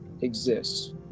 exists